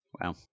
Wow